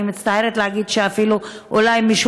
אני מצטערת להגיד שאולי אפילו משולשת,